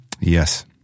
Yes